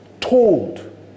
Told